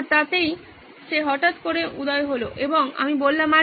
তাই হঠাৎ করে উদয় হল এবং আমি বললাম আরে